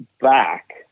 back